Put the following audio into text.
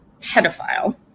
pedophile